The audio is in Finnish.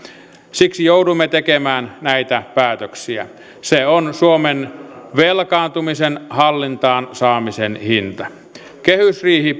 siksi joudumme tekemään näitä päätöksiä se on suomen velkaantumisen hallintaan saamisen hinta kehysriihi